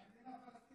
מה אתה מדבר,